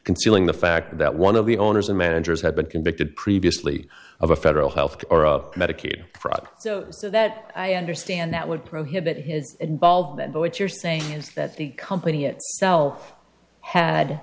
concealing the fact that one of the owners and managers had been convicted previously of a federal health medicaid fraud so so that i understand that would prohibit his involvement but what you're saying is that the company itself had